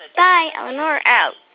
bye. eleanor out